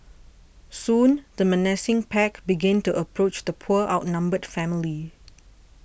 soon the menacing pack began to approach the poor outnumbered family